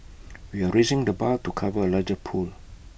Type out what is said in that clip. we are raising the bar to cover A larger pool